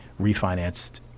refinanced